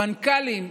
המנכ"לים?